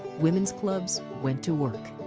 women's clubs went to work.